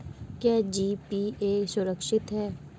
क्या जी.पी.ए सुरक्षित है?